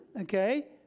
okay